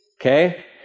Okay